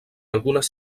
algunes